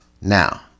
Now